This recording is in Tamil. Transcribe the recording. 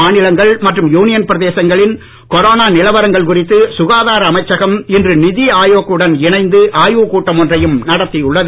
மாநிலங்கள் மற்றும் யூனியன் பிரதேங்களின் கொரோனா நிலவரங்கள் குறித்து சுகாதார அமைச்சகம் இன்று நிதி ஆயோக் உடன் இணைந்து ஆய்வுக் கூட்டம் ஒன்றையும் நடத்தியுள்ளது